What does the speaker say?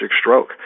stroke